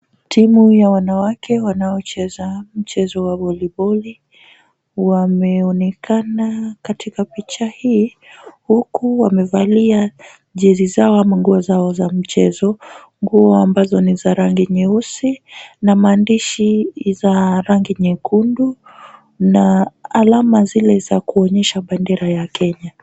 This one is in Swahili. Timu ya wanawake wanao cheza mchezo wa voliboli wameonokena katika picha hii huku wamevalia jezi zao ama nguo zao za mchezo. Nguo ambazo ni za rangi nyeusi na maandishi ni za rangi nyekundu na alama zile za kuonyesha bendera ya Kenya.